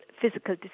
physical